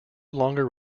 longer